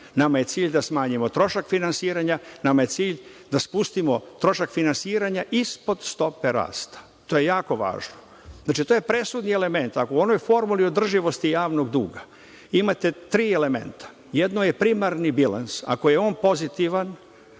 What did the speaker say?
Nama je cilj da smanjimo trošak finansiranja. Nama je cilj da spustimo trošak finansiranja ispod stope rasta. To je jako važno. Znači, to je presudni element. Ako u onoj formuli održivosti javnog duga imate tri elementa, jedno je primarni bilans. Ako je on pozitivan,